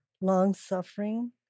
long-suffering